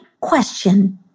question